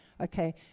okay